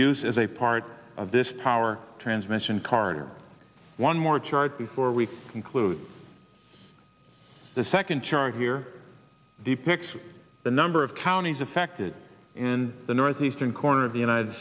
use as a part of this power transmission carter one more chart before we conclude the second chart here depicts the number of counties affected in the northeastern corner of the united